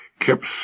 kept